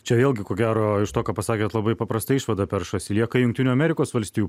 čia jaugi ko gero iš to ką pasakėte labai paprastai išvada peršasi lieka jungtinių amerikos valstijų